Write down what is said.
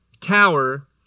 tower